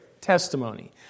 testimony